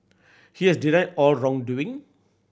he has denied all wrongdoing